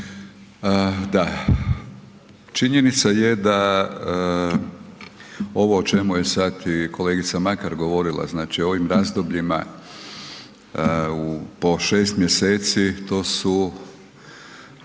da, činjenica je da ovo o čemu je sad i kolegica Makar govorila, znači, o ovim razdobljima po šest mjeseci, to su